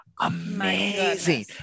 Amazing